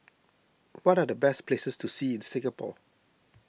what are the best places to see in Singapore